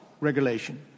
Regulation